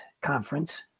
Conference